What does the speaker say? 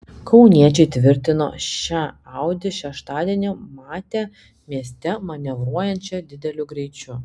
kauniečiai tvirtino šią audi šeštadienį matę mieste manevruojančią dideliu greičiu